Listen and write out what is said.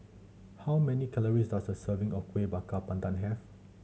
how many calories does a serving of Kueh Bakar Pandan have